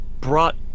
brought